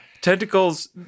Tentacles